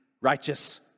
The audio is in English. righteous